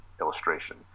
illustration